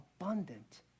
abundant